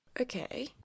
Okay